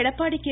Edappadi K